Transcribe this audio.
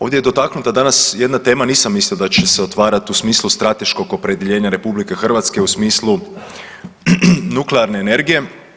Ovdje je dotaknuta danas jedna tema, nisam mislio da će se otvarat u smislu strateškog opredjeljenja RH u smislu nuklearne energije.